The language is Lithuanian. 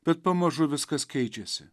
bet pamažu viskas keičiasi